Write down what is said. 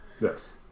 Yes